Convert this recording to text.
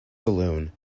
saloon